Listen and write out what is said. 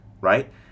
right